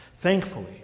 Thankfully